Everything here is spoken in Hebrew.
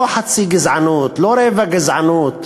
לא חצי גזענות, לא רבע גזענות.